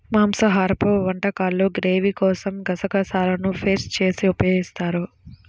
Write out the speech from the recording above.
మాంసాహరపు వంటకాల్లో గ్రేవీ కోసం గసగసాలను పేస్ట్ చేసి ఉపయోగిస్తారు